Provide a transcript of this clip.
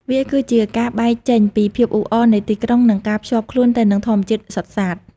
វាគឺជាការបែកចេញពីភាពអ៊ូអរនៃទីក្រុងនិងការភ្ជាប់ខ្លួនទៅនឹងធម្មជាតិសុទ្ធសាធ។